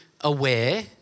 aware